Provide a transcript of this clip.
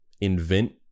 invent